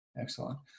Excellent